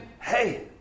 hey